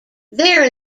there